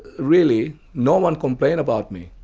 really no one complain about me.